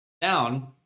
down